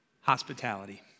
hospitality